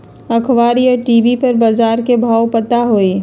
अखबार या टी.वी पर बजार के भाव पता होई?